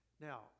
Now